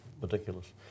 ridiculous